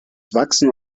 wachsen